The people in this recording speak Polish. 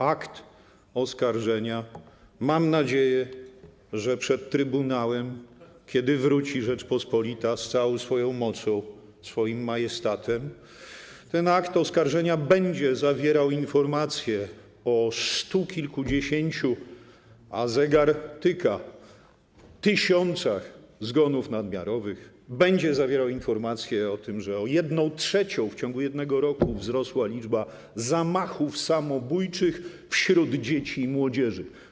Akt oskarżenia - mam nadzieję, że przed trybunałem, kiedy wróci Rzeczpospolita z całą swoją mocą, swoim majestatem - będzie zawierał informacje o stu kilkudziesięciu, a zegar tyka, tysiącach zgonów nadmiarowych, będzie zawierał informację o tym, że o 1/3 w ciągu jednego roku wzrosła liczba zamachów samobójczych wśród dzieci i młodzieży.